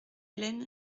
helene